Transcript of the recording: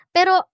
Pero